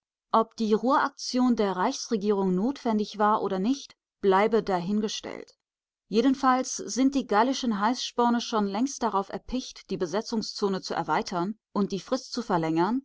ob die ruhraktion der reichsregierung notwendig war oder nicht bleibe dahingestellt jedenfalls sind die gallischen heißsporne schon längst darauf erpicht die besetzungszone zu erweitern und die frist zu verlängern